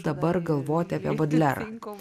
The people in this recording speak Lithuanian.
dabar galvoti apie bodlerą